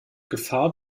gefahr